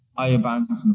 i abandoned and it.